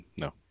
No